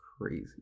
crazy